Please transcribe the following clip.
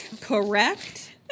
correct